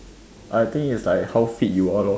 I think is like how fit you are lor